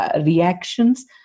reactions